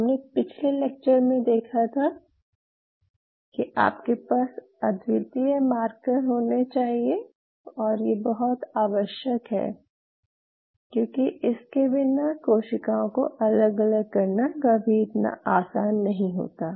हमने पिछले लेक्चर में देखा था कि आपके पास अद्वितीय मार्कर होने चाहियें और ये बहुत ही आवश्यक है क्यूंकि इनके बिना कोशिकाओं को अलग अलग करना कभी इतना आसान नहीं होता